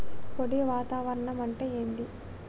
పొడి వాతావరణం అంటే ఏంది?